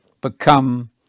become